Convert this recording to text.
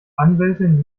anwältin